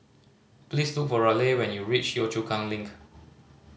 please look for Raleigh when you reach Yio Chu Kang Link